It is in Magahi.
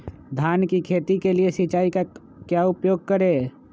धान की खेती के लिए सिंचाई का क्या उपयोग करें?